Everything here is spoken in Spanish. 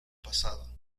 pasado